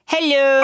Hello